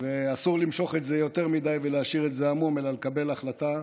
ואסור למשוך את זה יותר מדי ולהשאיר את זה עמום אלא לקבל החלטה.